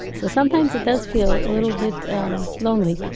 so sometimes it does feel a little bit lonely.